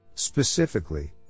Specifically